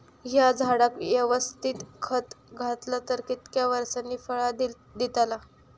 हया झाडाक यवस्तित खत घातला तर कितक्या वरसांनी फळा दीताला?